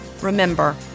Remember